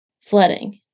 flooding